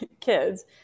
kids